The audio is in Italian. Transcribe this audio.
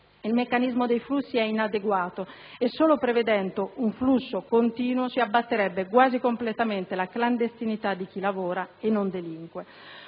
Il meccanismo dei flussi è inadeguato e solo prevedendo un flusso continuo si abbatterebbe quasi completamente la clandestinità di chi lavora e non delinque;